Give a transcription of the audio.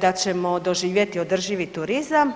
da ćemo doživjeti održivi turizam.